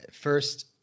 first